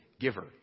giver